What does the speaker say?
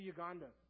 Uganda